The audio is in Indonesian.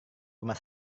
rumah